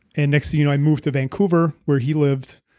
and next thing you know i moved to vancouver where he lived.